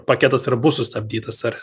paketas ir bus sustabdytas ar